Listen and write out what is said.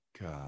God